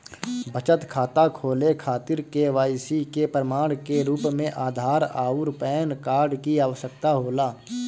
बचत खाता खोले खातिर के.वाइ.सी के प्रमाण के रूप में आधार आउर पैन कार्ड की आवश्यकता होला